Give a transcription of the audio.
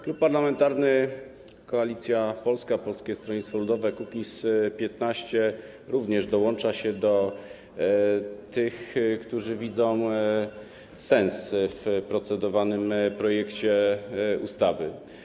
Klub Parlamentarny Koalicja Polska - Polskie Stronnictwo Ludowe - Kukiz15 również dołącza się do tych, którzy widzą sens w procedowanym projekcie ustawy.